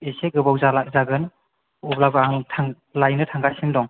इसे गोबाव जाला जागोन अब्लाबो आं लायनो थांगासिनो दं